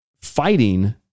fighting